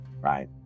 Right